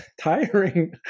tiring